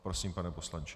Prosím, pane poslanče.